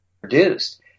produced